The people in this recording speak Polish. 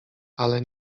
ale